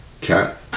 cat